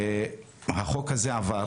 החוק הזה עבר